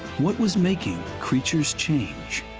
what was making creatures change?